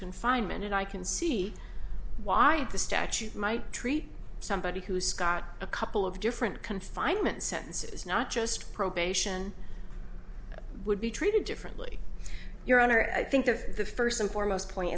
confinement and i can see why the statute might treat somebody who's got a couple of different confinement sentences not just probation would be treated differently your honor i think that the first and foremost point